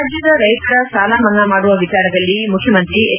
ರಾಜ್ಯದ ರೈತರ ಸಾಲ ಮನ್ನಾ ಮಾಡುವ ವಿಚಾರದಲ್ಲಿ ಮುಖ್ಯಮಂತ್ರಿ ಹೆಚ್